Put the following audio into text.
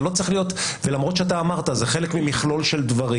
זה למרות שאתה אמרת שזה חלק ממכלול של דברים,